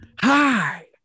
Hi